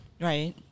Right